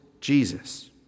Jesus